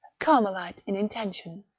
carmelite in intention.